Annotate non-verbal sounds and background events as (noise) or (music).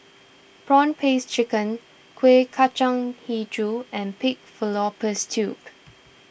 Prawn Paste Chicken Kueh Kacang HiJau and Pig Fallopian Tubes (noise)